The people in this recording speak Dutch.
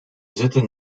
zitten